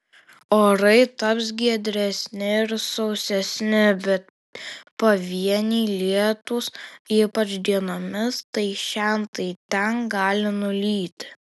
orai taps giedresni ir sausesni bet pavieniai lietūs ypač dienomis tai šen tai ten gali nulyti